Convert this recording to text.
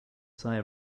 sigh